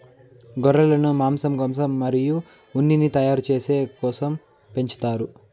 గొర్రెలను మాంసం కోసం మరియు ఉన్నిని తయారు చేసే కోసం పెంచుతారు